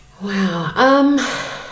Wow